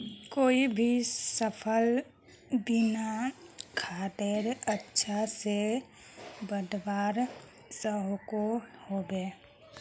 कोई भी सफल बिना खादेर अच्छा से बढ़वार सकोहो होबे?